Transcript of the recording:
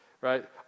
Right